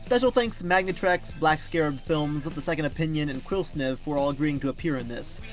special thanks magnetrex, blackscarabfilmz, the second opinion, and quilsniv for all agreeing to appear in this.